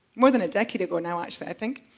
more than a decade ago now actually i think.